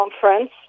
conference